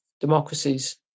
Democracies